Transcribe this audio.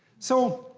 so.